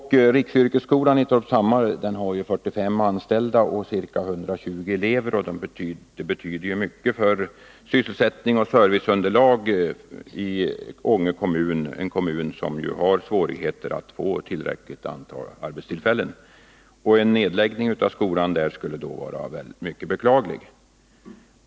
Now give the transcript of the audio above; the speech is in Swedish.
Riksyrkesskolan i Torpshammar har 45 anställda och ca 120 elever, och den betyder mycket för sysselsättningen och serviceunderlaget i Ånge kommun, en kommun som har svårigheter att få tillräckligt antal arbetstillfällen. En nedläggning av skolan skulle vara mycket beklaglig.